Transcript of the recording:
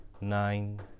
nine